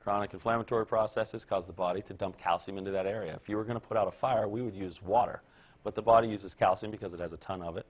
chronic inflammatory processes cause the body to dump calcium into that area if you're going to put out a fire we would use water but the body uses calcium because it has a ton of it